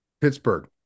Pittsburgh